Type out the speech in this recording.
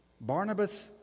Barnabas